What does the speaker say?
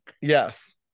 Yes